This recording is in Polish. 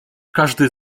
każdy